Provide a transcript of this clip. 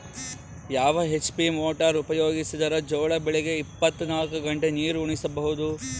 ಯಾವ HP motor ಉಪಯೋಗಿಸಿದರ ಜೋಳ ಬೆಳಿಗ ಇಪ್ಪತ ನಾಲ್ಕು ಗಂಟೆ ನೀರಿ ಉಣಿಸ ಬಹುದು?